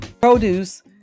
produce